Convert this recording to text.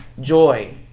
joy